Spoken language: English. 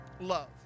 love